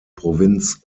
provinz